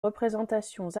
représentations